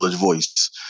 Voice